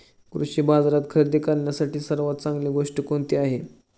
कृषी बाजारात खरेदी करण्यासाठी सर्वात चांगली गोष्ट कोणती आहे?